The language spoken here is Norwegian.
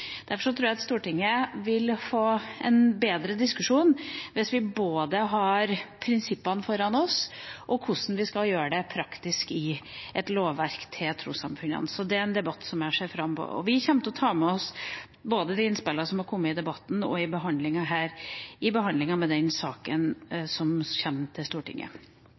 Derfor tror jeg at Stortinget vil få en bedre diskusjon hvis vi har foran oss både prinsippene og hvordan vi skal gjøre det praktisk i et lovverk for trossamfunnene. Så det er en debatt jeg ser fram til. Vi kommer til å ta med oss de innspillene som har kommet i debatten og i behandlingen her, i behandlingen av den saken som kommer til Stortinget.